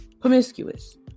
promiscuous